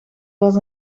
was